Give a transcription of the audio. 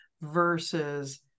versus